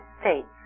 States